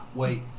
wait